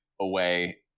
away